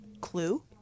Clue